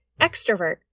Extrovert